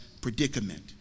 predicament